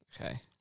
Okay